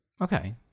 Okay